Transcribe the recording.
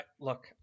look